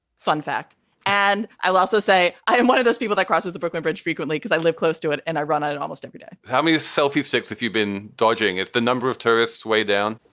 fun fact. and i i'll also say i am one of those people that crosses the brooklyn bridge frequently because i live close to it and i run it it almost every day how many selfie sticks, if you've been dodging, is the number of tourists way down?